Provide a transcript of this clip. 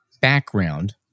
background